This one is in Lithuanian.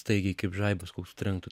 staigiai kaip žaibas koks trenktų